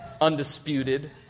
Undisputed